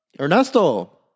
Ernesto